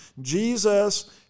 Jesus